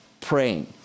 praying